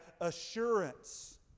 assurance